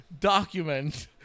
document